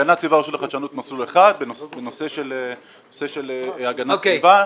המשרד להגנת הסביבה ורשות לחדשנות מסלול אחד בנושא של הגנת הסביבה.